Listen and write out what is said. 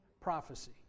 prophecy